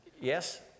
Yes